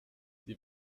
die